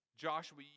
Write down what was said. Joshua